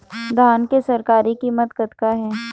धान के सरकारी कीमत कतका हे?